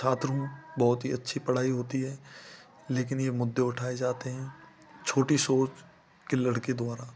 छात्र हूँ बहुत हीं अच्छी पढ़ाई होती है लेकिन यह मुद्दे उठाए जाते हैं छोटी सोच के लड़के द्वारा